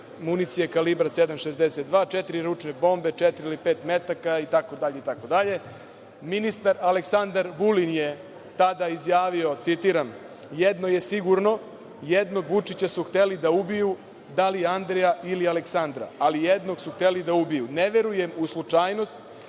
municije kalibra 762, četiri ručne bombe, četiri ili pet metaka itd. Ministar Aleksandar Vulin je tada izjavio, citiram – jedno je sigurno, jednog Vučića su hteli da ubiju, da li Andreja ili Aleksandra, ali jednog su hteli da ubiju. Ne verujem u slučajnost